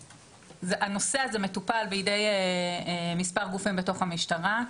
הנושא הזה מטופל בידי מספר גופים בתוך המשטרה.